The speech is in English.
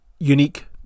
unique